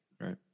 Right